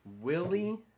Willie